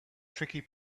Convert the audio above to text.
tricky